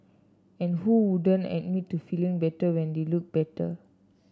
and who wouldn't admit to feeling better when they look better